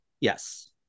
Yes